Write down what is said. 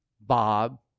Bob